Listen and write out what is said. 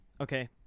okay